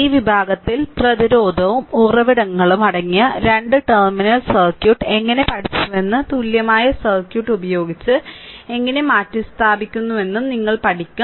ഈ വിഭാഗത്തിൽ പ്രതിരോധവും ഉറവിടങ്ങളും അടങ്ങിയ രണ്ട് ടെർമിനൽ സർക്യൂട്ട് എങ്ങനെ പഠിച്ചുവെന്ന് തുല്യമായ സർക്യൂട്ട് ഉപയോഗിച്ച് എങ്ങനെ മാറ്റിസ്ഥാപിക്കുമെന്ന് നിങ്ങൾ പഠിക്കും